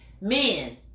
Men